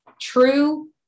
true